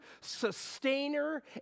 sustainer